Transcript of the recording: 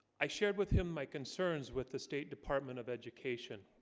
i shared with him my concerns with the state department of education